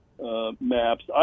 maps